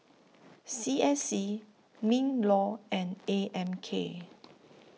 C S C MINLAW and A M K